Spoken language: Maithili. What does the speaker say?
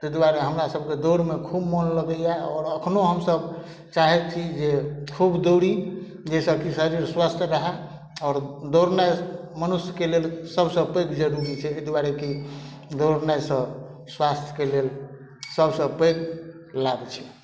ताहि दुआरे हमरा सबके दौड़मे खूब मोन लगैया आओर अखनो हमसब चाहै छी जे खूब दौड़ी जाहिसँ की शरीर स्वस्थ रहय आओर दौड़नाइ मनुष्यके लेल सबसे पैघ जरूरी छै अय दुआरे की दौड़नाय सं स्वास्थ के लेल सबसे पैघ लाभ छै